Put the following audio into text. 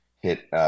hit